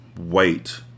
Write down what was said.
Wait